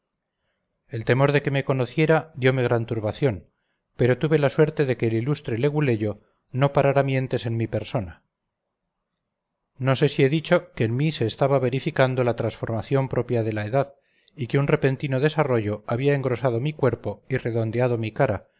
el temor de que me conociera diome gran turbación pero tuve la suerte de que el ilustre leguleyo no parara mientes en mi persona no sé si he dicho que en mí se estaba verificando la trasformación propia de la edad y que un repentino desarrollo había engrosado mi cuerpo y redondeado mi cara